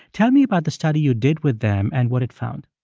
tell me about the study you did with them and what it found